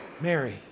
Mary